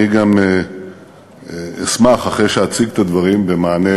אני גם אשמח, אחרי שאציג את הדברים במענה